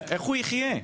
איך הוא יחיה?